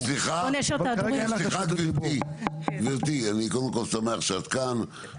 רגע, גברתי לא חברת כנסת, סליחה, סליחה.